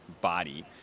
body